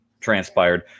transpired